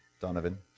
Donovan